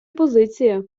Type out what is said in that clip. позиція